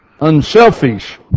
unselfish